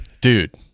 Dude